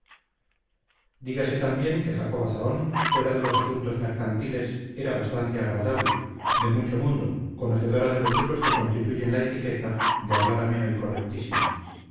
digase también que jacoba zahón fuera de los asuntos mercantiles era bastante agradable de mucho mundo conocedora de los usos que constituyen la etiqueta de hablar ameno y correctísimo